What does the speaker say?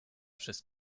przez